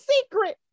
secret